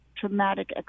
traumatic